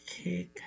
Okay